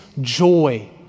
joy